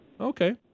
Okay